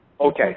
Okay